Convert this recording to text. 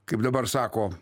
kaip dabar sako